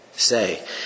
say